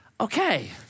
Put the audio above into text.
okay